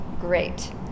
great